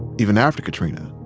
even after katrina,